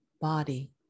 body